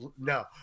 no